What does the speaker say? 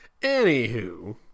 Anywho